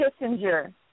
Kissinger